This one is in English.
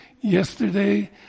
yesterday